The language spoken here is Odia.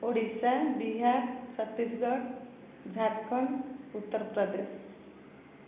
ଓଡ଼ିଶା ବିହାର ଛତିଶଗଡ଼ ଝାଡ଼ଖଣ୍ଡ ଉତ୍ତରପ୍ରଦେଶ